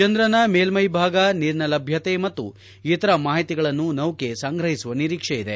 ಚಂದ್ರನ ಮೇಲ್ಟೈ ಭಾಗ ನೀರಿನ ಲಭ್ಯತೆ ಮತ್ತು ಇತರ ಮಾಹಿತಿಗಳನ್ನು ನೌಕೆ ಸಂಗ್ರಹಿಸುವ ನಿರೀಕ್ಷೆಯಿದೆ